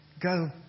go